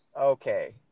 okay